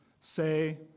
say